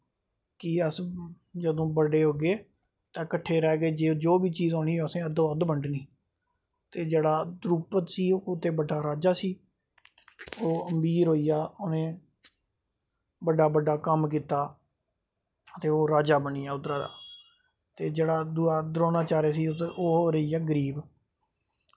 कि अस जदूं बड्डे होगे ते कट्ठे रौह्गे ते जो चीज़ होगी ओह् असें अद्धो अद्ध बंडनी ते जेह्ड़ी द्रुपत ओह् बड्डा राजा हा ओह् अमीर होइया उ'नैं बड्डा बड्डा कम्म कीता ते ओह् राजा बनियां उद्धरा दा ते जेह्ड़ा द्रोनाचार्य हा ओह् रेहिया गरीब